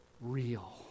real